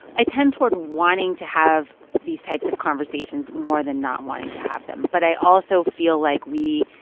i tend toward wanting to have these types of conversations more than not wanting to have them. but i also feel like we